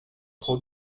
trop